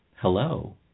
Hello